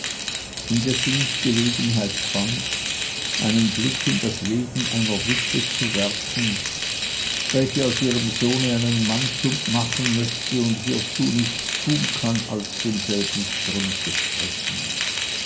indessen ich gelegenheit fand einen blick in das leben einer witwe zu werfen welche aus ihrem sohne einen mann machen möchte und hiezu nichts tun kann als demselben strümpfe stricken